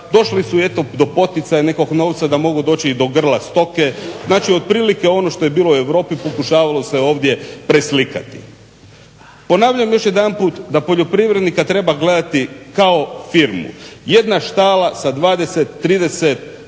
došli do su poticaja i nekog novca da mogu doći i do grla stoke. Znači otprilike ono što je bilo u Europi pokušavalo se ovdje preslikati. Ponavljam još jedanput da poljoprivrednika treba gledati kao firmu. Jedna štala sa 20-30 grla